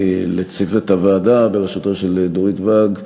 לצוות הוועדה בראשות דורית ואג,